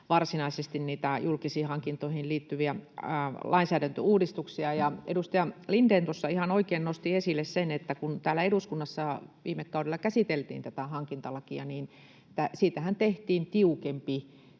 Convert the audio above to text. varsinaisesti niitä julkisiin hankintoihin liittyviä lainsäädäntöuudistuksia. Edustaja Lindén tuossa ihan oikein nosti esille sen, että kun täällä eduskunnassa viime kaudella käsiteltiin tätä hankintalakia, niin siitähän tehtiin tiukempi